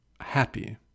happy